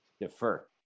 Defer